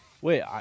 Wait